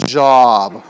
job